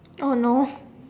oh no